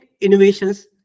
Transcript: innovations